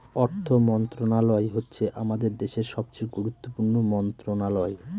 অর্থ মন্ত্রণালয় হচ্ছে আমাদের দেশের সবচেয়ে গুরুত্বপূর্ণ মন্ত্রণালয়